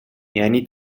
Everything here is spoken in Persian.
یعنی